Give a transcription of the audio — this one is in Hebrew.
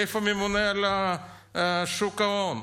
איפה הממונה על שוק ההון?